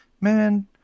man